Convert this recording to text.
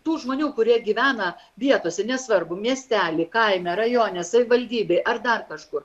tų žmonių kurie gyvena vietose nesvarbu miestely kaime rajone savivaldybėj ar dar kažkur